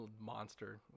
monster